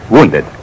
Wounded